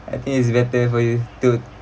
I think it's better for you to